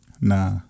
Nah